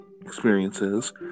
experiences